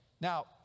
Now